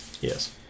Yes